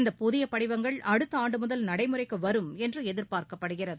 இந்த புதியபடிவங்கள் அடுத்தஆண்டுமுதல் நடைமுறைக்குவரும் என்றுஎதிர்பார்க்கப்படுகிறது